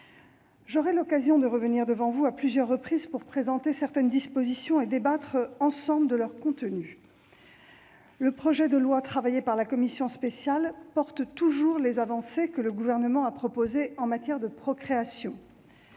J'aurai l'occasion de revenir devant vous à plusieurs reprises pour présenter certaines dispositions et débattre ensemble de leur contenu. Le projet de loi travaillé par la commission spéciale porte toujours les avancées que le Gouvernement a proposées en matière de procréation